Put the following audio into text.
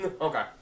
Okay